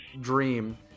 dream